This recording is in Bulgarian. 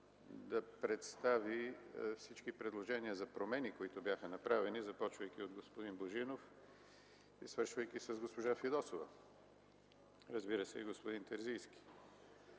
да представи всички предложения за промени, които бяха направени, започвайки от господин Божинов и свършвайки с госпожа Фидосова, разбира се, и господин Терзийски.